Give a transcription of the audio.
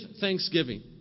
thanksgiving